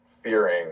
fearing